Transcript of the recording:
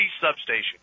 substation